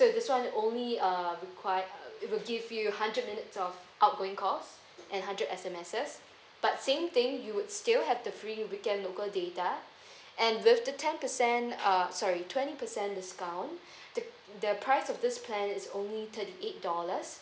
so this one only uh require it will give you hundreds minutes of outgoing calls and hundred S_M_S but same thing you would still have the free weekend local data and with the ten percent uh sorry twenty percent discount the the price of this plan is only thirty eight dollars